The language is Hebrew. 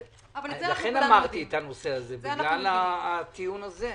לכן דיברתי על הנושא הזה, בגלל הטיעון הזה.